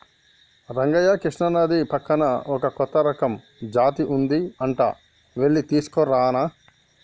రంగయ్య కృష్ణానది పక్కన ఒక కొత్త రకం జాతి ఉంది అంట వెళ్లి తీసుకురానా